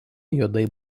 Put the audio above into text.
juodai